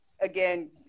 Again